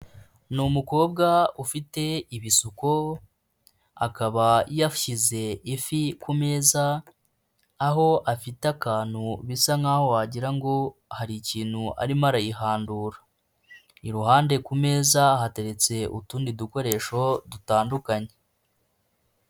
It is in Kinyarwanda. Ni umukobwa ufite ibisuko, akaba yashyize ifi ku meza, aho afite akantu bisa nk'aho wagirango ngo hari ikintu arimo arayihandura, iruhande ku meza hateretse utundi dukoresho dutandukanye.